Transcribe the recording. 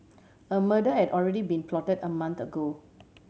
a murder had already been plotted a month ago